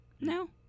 No